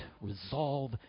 resolve